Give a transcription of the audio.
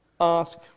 ask